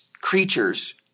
creatures